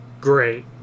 great